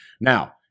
Now